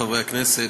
חברי הכנסת,